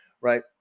Right